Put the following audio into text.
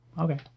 Okay